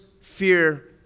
fear